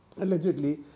allegedly